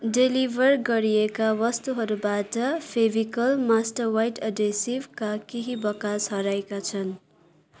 deliver गरिएका वस्तुहरूबाट Fevicol master white एडेसिभका केही बाकस हराएका छन्